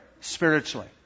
Spiritually